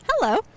Hello